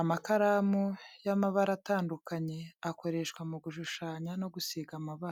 Amakaramu y’amabara atandukanye akoreshwa mu gushushanya no gusiga amabara.